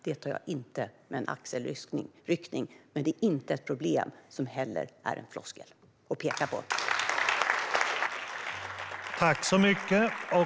Jag tar inte detta med en axelryckning, och det är heller inget problem man kan peka på och säga att det är en floskel.